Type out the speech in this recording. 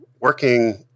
working